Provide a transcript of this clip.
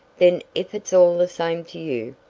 then if it's all the same to you,